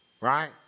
right